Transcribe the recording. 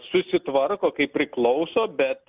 susitvarko kaip priklauso bet